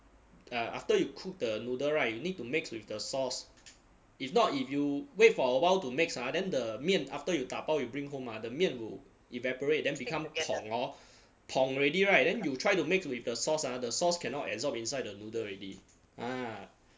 ah after you cook the noodle [right] you need to mix with the sauce if not if you wait for awhile to mix ah then the 面 after you 打包 you bring home ah the 面 will evaporate then become pong hor pong already [right] then you try to mix with the sauce ah the sauce cannot absorb inside the noodle already ah